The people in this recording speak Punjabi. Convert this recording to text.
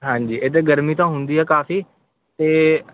ਹਾਂਜੀ ਇੱਧਰ ਗਰਮੀ ਤਾਂ ਹੁੰਦੀ ਹੈ ਕਾਫ਼ੀ ਅਤੇ